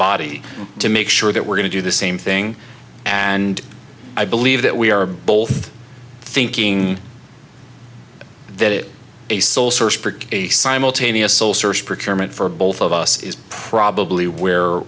body to make sure that we're going to do the same thing and i believe that we are both thinking that it a sole source a simultaneous sole source procurement for both of us is probably where